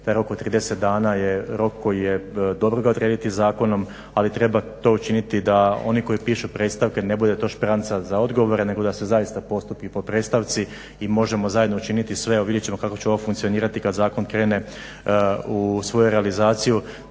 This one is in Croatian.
Taj rok od 30 dana je rok koji je dobro ga odrediti zakonom, ali treba to učiniti da oni koji pišu predstavke ne bude to špranca za odgovore nego da se zaista postupi po predstavci i možemo zajedno učiniti sve. Evo vidjet ćemo kako će ovo funkcionirati kad zakon krene u svoju realizaciju,